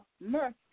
mercy